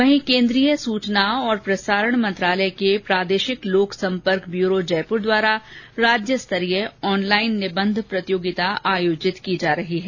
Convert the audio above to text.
वहीं केन्द्रीय सूचना और प्रसारण मंत्रालय के प्रादेशिक लोक सम्पर्क ब्यूरो जयपुर द्वारा राज्य स्तरीय ऑनलाइन निबंध प्रतियोगिता आयोजित की जा रही है